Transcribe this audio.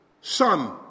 son